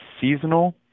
seasonal